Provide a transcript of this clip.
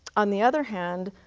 on the other hand,